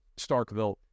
Starkville